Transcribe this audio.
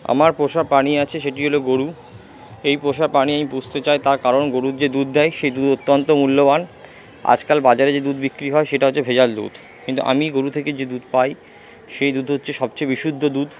আমার পোষা প্রাণী আছে সেটি হল গরু এই পোষা প্রাণী আমি পুষতে চাই তার কারণ গরু যে দুধ দেয় সেই দুধ অত্যন্ত মূল্যবান আজকাল বাজারে যে দুধ বিক্রি হয় সেটা হচ্ছে ভেজাল দুধ কিন্তু আমি গরু থেকে যে দুধ পাই সে দুধ হচ্ছে সবচেয়ে বিশুদ্ধ দুধ